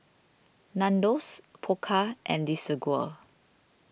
Nandos Pokka and Desigual